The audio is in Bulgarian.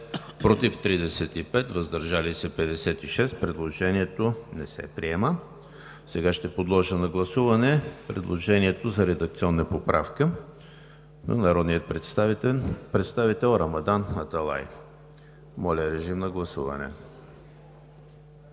против 35, въздържали се 56. Предложението не се приема. Сега ще подложа на гласуване предложението за редакционна поправка на народния представител Рамадан Аталай. Гласували